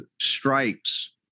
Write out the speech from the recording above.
strikes